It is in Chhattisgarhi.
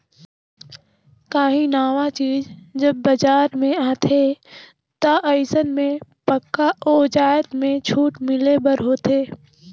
काहीं नावा चीज जब बजार में आथे ता अइसन में पक्का ओ जाएत में छूट मिले बर होथे